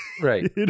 Right